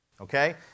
okay